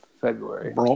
February